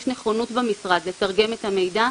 יש נכונות במשרד לתרגם את המידע,